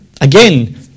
Again